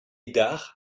dard